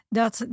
dat